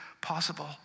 possible